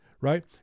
right